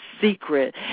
secret